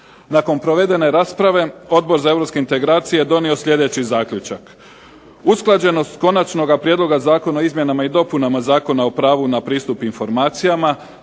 Nakon provedene rasprave Odbor za europske integracije je donio sljedeći zaključak: Usklađenost Konačnoga prijedloga zakona o izmjenama i dopunama Zakona o pravu na pristup informacijama